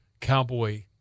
Cowboy